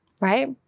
Right